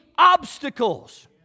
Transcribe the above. obstacles